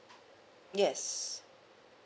yes